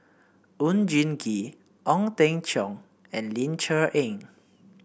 Oon Jin Gee Ong Teng Cheong and Ling Cher Eng